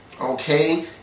Okay